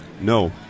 No